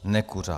Nekuřák.